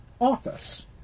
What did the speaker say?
office